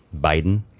Biden